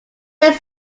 face